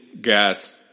gas